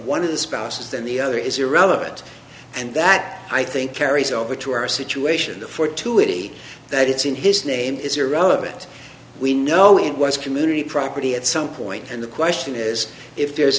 one of the spouses than the other is irrelevant and that i think carries over to our situation the fortuity that it's in his name is irrelevant we know it was community property at some point and the question is if there's